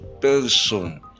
person